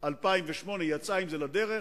2008 היא יצאה עם זה לדרך,